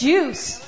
Juice